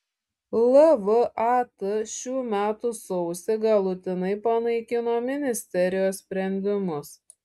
lvat šių metų sausį galutinai panaikino ministerijos sprendimus